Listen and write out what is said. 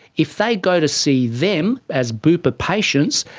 if they go to see them as bupa patients,